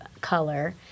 color